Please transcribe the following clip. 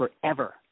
forever